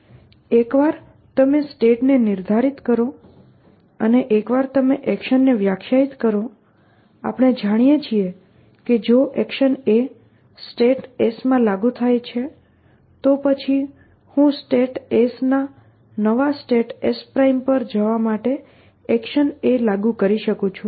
એકવાર તમે સ્ટેટને નિર્ધારિત કરો અને એકવાર તમે એક્શનને વ્યાખ્યાયિત કરો આપણે જાણીએ છીએ કે જો એક્શન A સ્ટેટ S માં લાગુ થાય છે તો પછી હું સ્ટેટ S ના નવા સ્ટેટ S પર જવા માટે એક્શન A લાગુ કરી શકું છું જે આપેલું છે